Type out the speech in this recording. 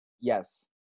Yes